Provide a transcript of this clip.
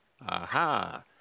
aha